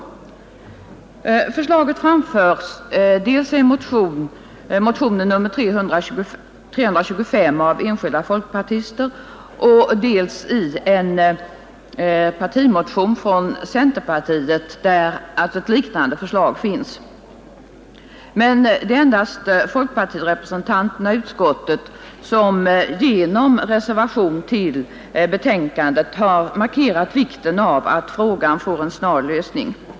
Ett förslag härom framföres i motionen 325 av enskilda folkpartister, och ett liknande förslag finns i en partimotion från centerpartiet. Det är emellertid endast folkpartirepresentanterna i utskottet som genom reservation till utskottsbetänkandet har markerat vikten av att frågan får en snar lösning.